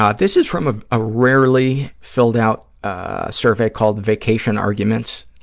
ah this is from a ah rarely filled-out ah survey called vacation arguments,